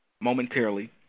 momentarily